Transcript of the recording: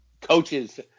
coaches